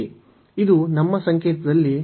ಇದು ನಮ್ಮ ಸಂಕೇತದಲ್ಲಿ Δx 1 ಆಗಿದೆ